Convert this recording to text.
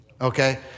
okay